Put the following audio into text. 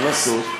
מה לעשות?